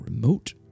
remote